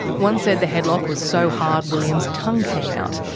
one said the headlock was so hard william's tongue came out,